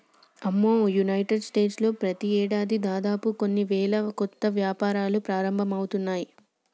అమ్మో United States లో ప్రతి ఏడాది దాదాపు కొన్ని వేల కొత్త వ్యాపారాలు ప్రారంభమవుతున్నాయి